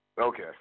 Okay